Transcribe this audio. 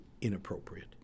inappropriate